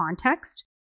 context